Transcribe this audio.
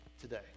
today